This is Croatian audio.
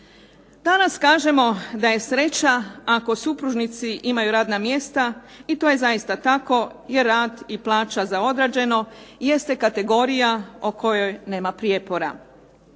Danas kažemo da je sreća ako supružnici imaju radna mjesta i to je zaista tako jer rad i plaća za odrađeno jeste kategorija o kojoj nema prijepora.